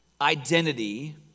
identity